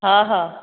हा हा